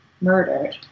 murdered